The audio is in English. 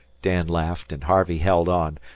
dan laughed and harvey held on,